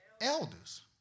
elders